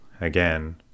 again